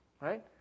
right